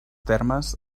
termes